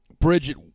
Bridget